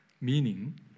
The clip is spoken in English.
Meaning